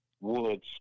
woods